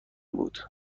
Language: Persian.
بود